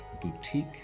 boutique